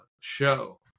show